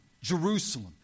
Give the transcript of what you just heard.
Jerusalem